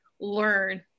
learn